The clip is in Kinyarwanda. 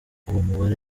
mubare